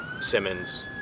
Simmons